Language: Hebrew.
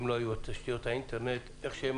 אם לא היו תשתיות האינטרנט כפי שהן